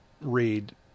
read